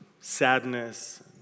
sadness